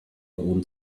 own